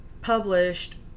published